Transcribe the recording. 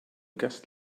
guest